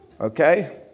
Okay